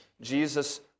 Jesus